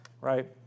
right